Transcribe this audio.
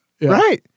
right